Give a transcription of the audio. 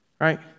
Right